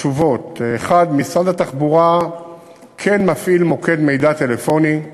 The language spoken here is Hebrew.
התשובות: 1. משרד התחבורה כן מפעיל מוקד מידע טלפוני,